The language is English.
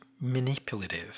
manipulative